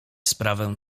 sprawę